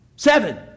Seven